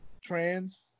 trans